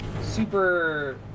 super